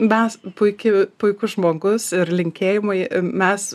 mes puiki puikus žmogus ir linkėjimai mes